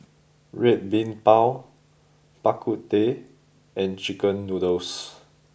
Red Bean Bao Bak Kut Teh and chicken noodles